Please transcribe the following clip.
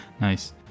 nice